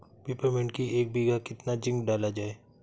Peppermint की एक बीघा कितना जिंक डाला जाए?